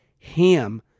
HAM